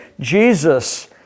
Jesus